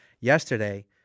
yesterday